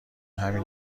همین